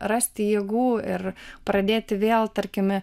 rasti jėgų ir pradėti vėl tarkime